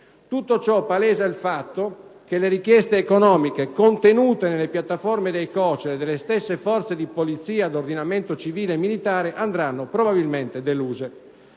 Tutto ciò palesa il fatto che le richieste economiche contenute nelle piattaforme dei COCER e delle stesse forze di polizia ad ordinamento civile e militare andranno probabilmente deluse.